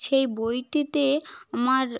সেই বইটিতে আমার